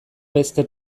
beste